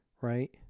right